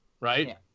right